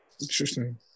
Interesting